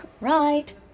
right